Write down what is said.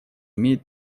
имеет